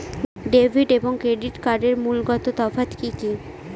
Debit এবং credit কার্ডের মূলগত তফাত কি কী?